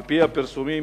על-פי הפרסומים,